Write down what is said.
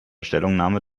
stellungnahme